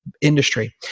industry